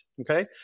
okay